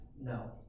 no